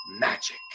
magic